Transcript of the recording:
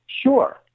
Sure